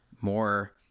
more